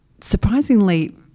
Surprisingly